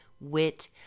Wit